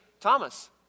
Thomas